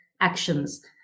actions